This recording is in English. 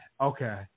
okay